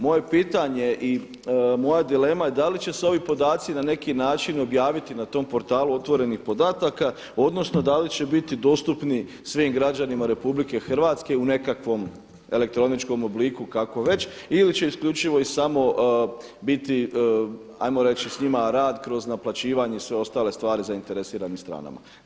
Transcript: Moje pitanje i moja dilema je da li će se ovi podaci na neki način objaviti na tom portalu otvorenih podataka odnosno da li će biti dostupni svim građanima RH u nekakvom elektroničkom obliku kako već ili će isključivo i samo biti ajmo reći s njima rad kroz naplaćivanje i sve ostale stvari zainteresiranih stranama.